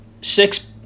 six